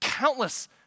countless